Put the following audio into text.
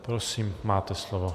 Prosím, máte slovo.